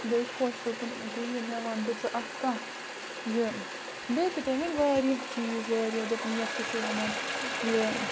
گٔے خۄش دوٚپُن ییٚکیٛاہ یہِ مےٚ وَن تہٕ ژٕ اَکھ کَتھ یہِ بیٚیہِ تہِ تٔمۍ ؤنۍ واریاہ چیٖز واریاہ دوٚپُن یَتھ کیٛاہ چھُو وَنان یہِ